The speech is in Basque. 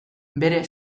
bere